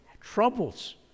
troubles